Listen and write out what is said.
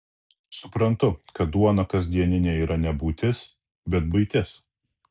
suprantu kad duona kasdieninė yra ne būtis bet buitis